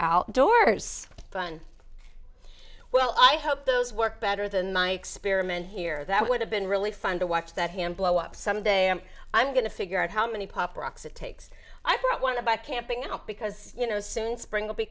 outdoors on well i hope those work better than my experiment here that would have been really fun to watch that hand blow up some day and i'm going to figure out how many pop rocks it takes i don't want to buy camping out because you know soon spring will be